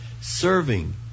serving